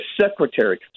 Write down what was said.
secretary